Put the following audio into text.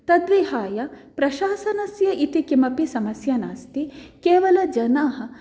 तद्विहाय प्रशासनस्य इति किमपि समस्या नास्ति केवलं जनाः